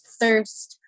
thirst